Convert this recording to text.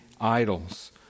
idols